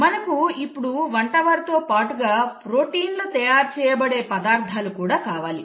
మనకు ఇప్పుడు వంట వారితో పాటుగా ప్రోటీన్లు తయారుచేయబడే పదార్థాలు కూడా కావాలి